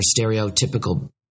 stereotypical